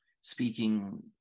speaking